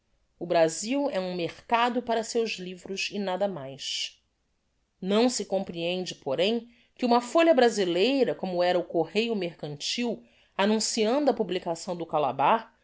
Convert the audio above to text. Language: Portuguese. o brasil é um mercado para seus livros e nada mais não se comprehende porem que uma folha brasileira como era o correio mercantil annunciando a publicação do calabar